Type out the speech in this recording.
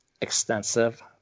extensive